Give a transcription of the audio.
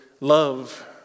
love